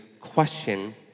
question